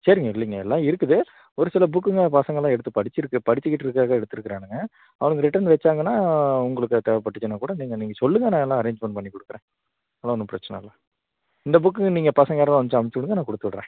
சேரிங்க இல்லிங்க எல்லாம் இருக்குது ஒரு சில புக்குங்க பசங்கெல்லாம் எடுத்துப் படிச்சிருக்க படிச்சிக்கிட்டு இருக்காக எடுத்துருக்குறானுங்க அவனுங்க ரிட்டன் வெச்சாங்கன்னா உங்களுக்கு அது தேவப்பட்டுச்சின்னாக் கூட நீங்க நீங்க சொல்லுங்க நான் எல்லாம் அரேஞ்ச்மெண்ட் பண்ணிக்குடுக்குறேன் அதலாம் ஒன்னும் பிரச்சன இல்ல இந்த புக்கு நீங்க பசங்க யாரோ அமுச்சி அமுச்சி உடுங்க நான் குடுத்து உடுறேன்